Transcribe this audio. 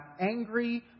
angry